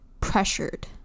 pressured